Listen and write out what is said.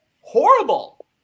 horrible